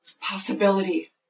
possibility